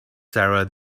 sarah